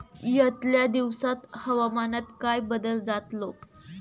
यतल्या दिवसात हवामानात काय बदल जातलो?